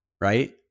Right